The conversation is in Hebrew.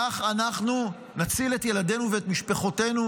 כך אנחנו נציל את ילדינו ואת משפחותינו